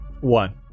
One